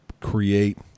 create